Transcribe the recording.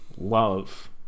love